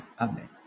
Amen